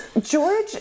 George